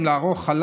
גם לערוך חלאקה,